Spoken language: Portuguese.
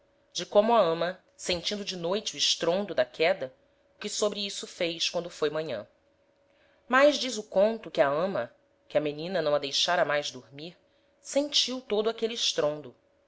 de como a ama sentindo de noite o estrondo da queda o que sobre isto fez quando foi manhan mais diz o conto que a ama que a menina não a deixára mais dormir sentiu todo aquele estrondo